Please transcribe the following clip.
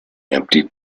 empty